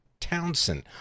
townsend